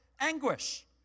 anguish